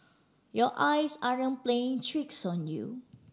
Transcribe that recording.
your eyes aren't playing tricks on you